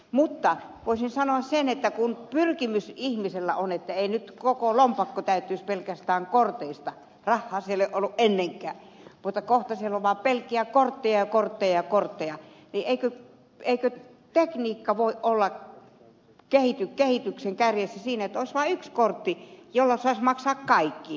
mutta voisin kysyä että kun pyrkimys ihmisellä on että ei koko lompakko täyttyisi pelkästään korteista rahaa siellä ei ole ollut ennenkään mutta kohta siellä on vaan pelkkiä kortteja ja kortteja ja kortteja eikö tekniikka voi olla kehityksen kärjessä siinä että olisi vaan yksi kortti jolla saisi maksaa kaikki